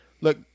look